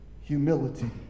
humility